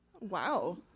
Wow